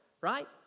right